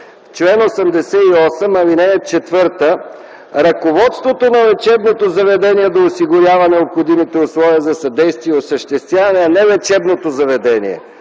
чл. 88, ал. 4: ръководството на лечебното заведение да осигурява необходимите условия за съдействие и осъществяване, а не лечебното заведение.